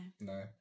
No